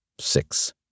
Six